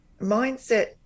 mindset